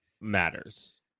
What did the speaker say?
matters